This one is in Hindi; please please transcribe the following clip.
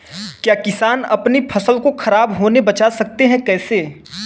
क्या किसान अपनी फसल को खराब होने बचा सकते हैं कैसे?